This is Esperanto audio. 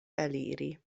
eliri